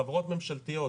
חברות ממשלתיות,